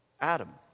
Adam